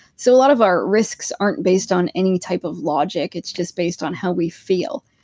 so a lot of our risks aren't based on any type of logic. it's just based on how we feel.